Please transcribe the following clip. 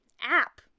app